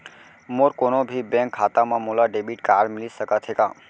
मोर कोनो भी बैंक खाता मा मोला डेबिट कारड मिलिस सकत हे का?